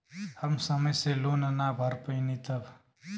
हम समय से लोन ना भर पईनी तब?